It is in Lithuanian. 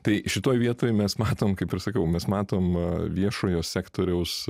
tai šitoj vietoj mes matom kaip ir sakau mes matom viešojo sektoriaus